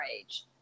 age